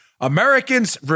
Americans